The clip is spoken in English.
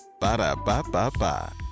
Ba-da-ba-ba-ba